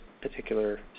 particular